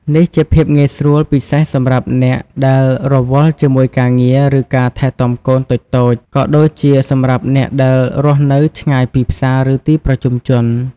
នេះជាភាពងាយស្រួលពិសេសសម្រាប់អ្នកដែលរវល់ជាមួយការងារ ឬការថែទាំកូនតូចៗ ក៏ដូចជាសម្រាប់អ្នកដែលរស់នៅឆ្ងាយពីផ្សារ ឬទីប្រជុំជន។